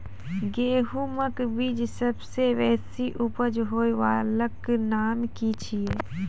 गेहूँमक बीज सबसे बेसी उपज होय वालाक नाम की छियै?